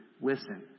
listen